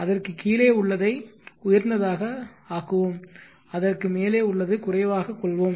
அதற்கு கீழே உள்ளதை உயர்ந்ததாக ஆக்குவோம் அதற்கு மேலே உள்ளது குறைவாகக் கொள்வோம்